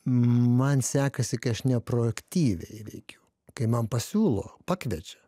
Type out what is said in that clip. man sekasi kai aš ne proaktyviai veikiu kai man pasiūlo pakviečia